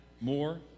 more